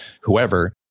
whoever